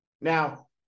Now